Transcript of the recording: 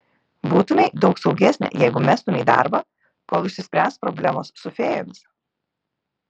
būtumei daug saugesnė jeigu mestumei darbą kol išsispręs problemos su fėjomis